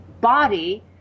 body